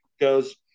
goes